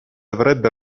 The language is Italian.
avrebbe